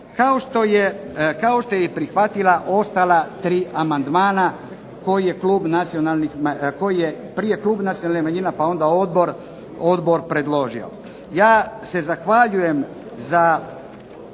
kao što je prihvatila ostala tri amandmana koji je prije Klub nacionalnih manjina, pa onda Odbor predložio. Ja se zahvaljujem za